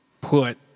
put